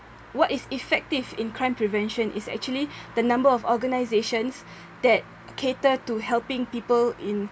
what is effective in crime prevention is actually the number of organisations that cater to helping people in